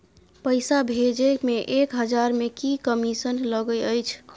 पैसा भैजे मे एक हजार मे की कमिसन लगे अएछ?